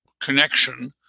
connection